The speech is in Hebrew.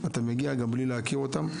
מבלי להכיר אותם.